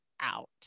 out